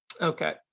Okay